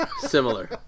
Similar